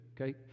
okay